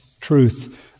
truth